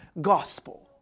gospel